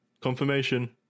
Confirmation